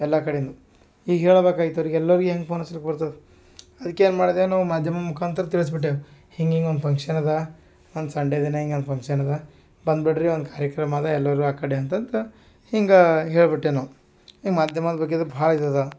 ಎಲ್ಲ ಕಡೆನು ಹೀಗೆ ಹೇಳ್ಬೇಕಾಯ್ತು ಅವ್ರಿಗೆ ಎಲ್ಲರಿಗು ಹ್ಯಾಂಗ ಫೋನ್ ಹಚ್ಲಿಕ್ಕೆ ಬರ್ತದೆ ಅದ್ಕೇನು ಮಾಡಿದೆ ನಾವು ಮಾಧ್ಯಮ ಮುಖಾಂತ್ರ ತಿಳಿಸ್ಬಿಟ್ಟೇವು ಹಿಂಗೆ ಹಿಂಗೆ ಒಂದು ಫಂಕ್ಷನ್ ಅದ ಒಂದು ಸಂಡೆ ದಿನ ಹಿಂಗೆ ಒನ್ ಫಂಕ್ಷನ್ ಅದ ಬಂದುಬಿಡ್ರಿ ಒಂದು ಕಾರ್ಯಕ್ರಮ ಅದ ಎಲ್ಲರು ಆ ಕಡೆ ಅಂತ ಅಂತ ಹಿಂಗೆ ಹೇಳಿಬಿಟ್ಟೆ ನಾವು ಈ ಮಾಧ್ಯಮದ್ ಬಗ್ಗೆ ಭಾಳ ಇದು ಅದ